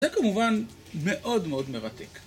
זה כמובן מאוד מאוד מרתק